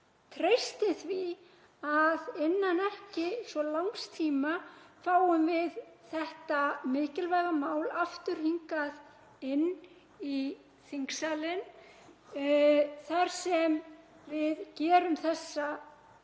treysti því að innan ekki svo langs tíma fáum við þetta mikilvæga mál aftur hingað inn í þingsalinn þar sem við samþykkjum þessa